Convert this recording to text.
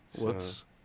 Whoops